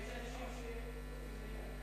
יש אנשים שרוצים מליאה.